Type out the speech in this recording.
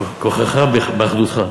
כוחך באחדותך.